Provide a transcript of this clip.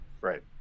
Right